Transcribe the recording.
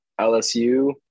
LSU